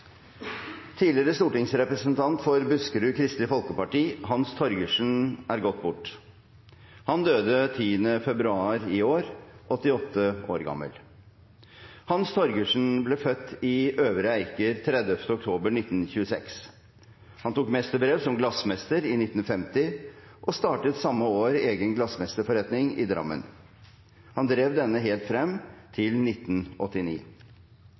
Tidligere stortingsrepresentant for Buskerud KrF, Hans Torgersen, er gått bort. Han døde den 10. februar i år, 88 år gammel. Hans Torgersen ble født i Øvre Eiker den 30. oktober 1926. Han tok mesterbrev som glassmester i 1950 og startet samme år egen glassmesterforretning i Drammen. Han drev denne helt frem til 1989.